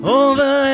over